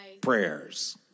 prayers